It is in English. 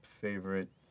favorite